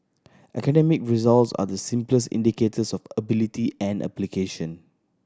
academic results are the simplest indicators of ability and application